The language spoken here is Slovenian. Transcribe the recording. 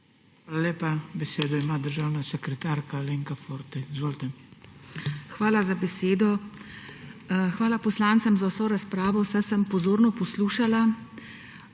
Hvala lepa. Besedo ima državna sekretarka Alenka Forte. Izvolite. **ALENKA FORTE:** Hvala za besedo. Hvala poslancem za vso razpravo, vse sem pozorno poslušala,